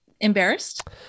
Embarrassed